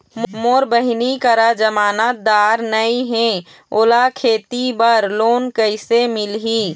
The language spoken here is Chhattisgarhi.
मोर बहिनी करा जमानतदार नई हे, ओला खेती बर लोन कइसे मिलही?